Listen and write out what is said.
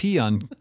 on